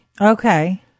Okay